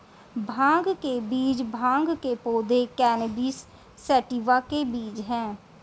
भांग के बीज भांग के पौधे, कैनबिस सैटिवा के बीज हैं